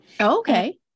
Okay